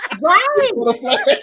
Right